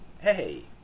Hey